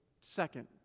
second